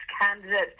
candidate